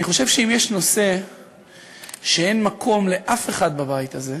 אני חושב שאם יש נושא שאין מקום לאף אחד בבית הזה,